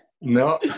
No